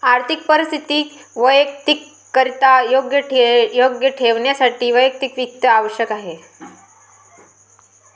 आर्थिक परिस्थिती वैयक्तिकरित्या योग्य ठेवण्यासाठी वैयक्तिक वित्त आवश्यक आहे